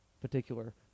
particular